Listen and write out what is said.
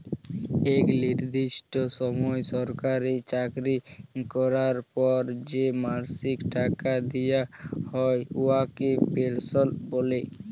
ইকট লিরদিষ্ট সময় সরকারি চাকরি ক্যরার পর যে মাসিক টাকা দিয়া হ্যয় উয়াকে পেলসল্ ব্যলে